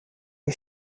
les